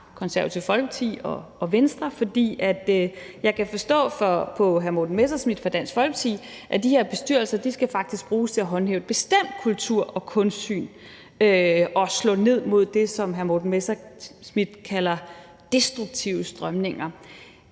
Konservative Folkeparti og Venstre, for jeg kan forstå på hr. Morten Messerschmidt fra Dansk Folkeparti, at de her bestyrelser faktisk skal bruges til at håndhæve et bestemt kultur- og kunstsyn og slå ned på det, som hr. Morten Messerschmidt kalder destruktive strømninger.